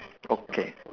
okay